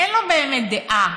אין לו באמת דעה.